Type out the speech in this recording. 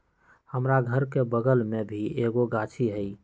हमरा घर के बगल मे भी एगो गाछी हई